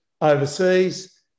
overseas